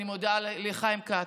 אני מודה לחיים כץ,